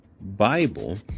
Bible